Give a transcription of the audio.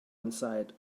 inside